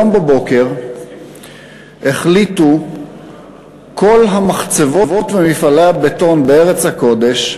היום בבוקר החליטו כל המחצבות ומפעלי הבטון בארץ הקודש,